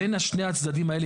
בין שני הצדדים האלה,